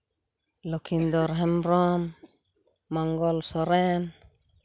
Lakhindar Hembrom Mangal Soren